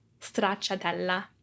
stracciatella